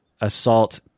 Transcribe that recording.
assault